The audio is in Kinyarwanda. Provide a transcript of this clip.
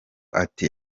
ati